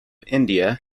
india